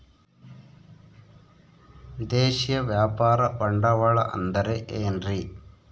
ವಿದೇಶಿಯ ವ್ಯಾಪಾರ ಬಂಡವಾಳ ಅಂದರೆ ಏನ್ರಿ?